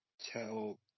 tell